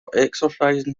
exercising